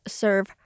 serve